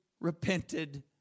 repented